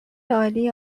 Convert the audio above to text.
عالی